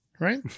right